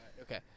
okay